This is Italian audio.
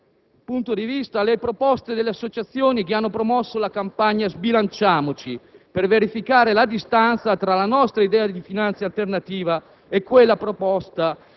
punto di vista, le proposte delle associazioni che hanno promosso la campagna «Sbilanciamoci», per verificare la distanza tra la nostra idea di finanziaria alternativa e quella proposta,